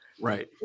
Right